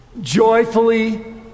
Joyfully